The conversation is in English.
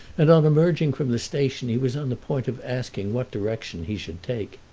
and on emerging from the station he was on the point of asking what direction he should take.